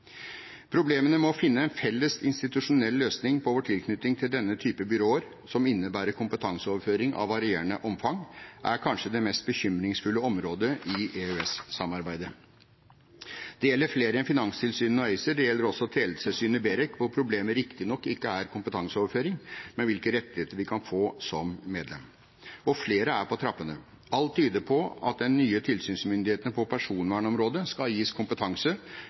Problemene med å finne en felles institusjonell løsning på vår tilknytning til denne type byråer, som innebærer kompetanseoverføring av varierende omfang, er kanskje det mest bekymringsfulle området i EØS-samarbeidet. Det gjelder flere enn finanstilsynene og ACER, det gjelder også teletilsynet BEREC, hvor problemet riktignok ikke gjelder kompetanseoverføring, men hvilke rettigheter vi kan få som medlem. Og flere er på trappene. Alt tyder på at den nye tilsynsmyndigheten på personvernområdet skal gis kompetanse